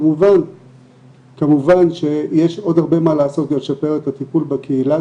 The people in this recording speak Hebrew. כמובן שיש עוד הרבה מה לעשות ולשפר את הטיפול בקהילה,